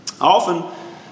Often